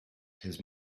his